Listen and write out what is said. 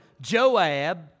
Joab